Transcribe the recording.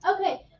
Okay